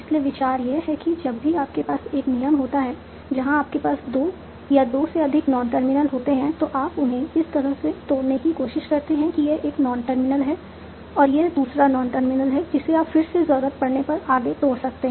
इसलिए विचार यह है कि जब भी आपके पास एक नियम होता है जहां आपके पास 2 या 2 से अधिक नॉन टर्मिनल होते हैं तो आप उन्हें इस तरह से तोड़ने की कोशिश करते हैं कि यह एक नॉन टर्मिनल है और यह दूसरा नॉन टर्मिनल है जिसे आप फिर से ज़रूरत पड़ने पर आगे तोड़ सकते हैं